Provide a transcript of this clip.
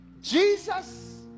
Jesus